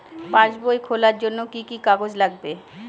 পাসবই খোলার জন্য কি কি কাগজ লাগবে?